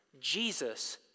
Jesus